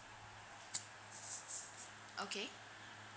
okay